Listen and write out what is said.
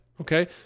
okay